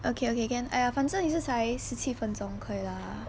okay okay can !aiya! 反正才十七分钟可以 lah